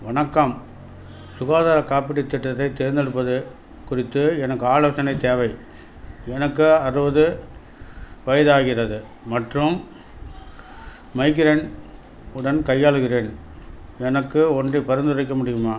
வணக்கம் சுகாதாரக் காப்பீட்டுத் திட்டத்தைத் தேர்ந்தெடுப்பது குறித்து எனக்கு ஆலோசனை தேவை எனக்கு அறுபது வயதாகிறது மற்றும் மைக்ரேன் உடன் கையாளுகிறேன் எனக்கு ஒன்றை பரிந்துரைக்க முடியுமா